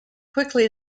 quickly